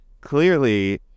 clearly